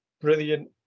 Brilliant